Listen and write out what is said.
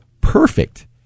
perfect